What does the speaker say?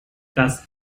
das